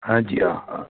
હા જી હા હા